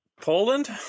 Poland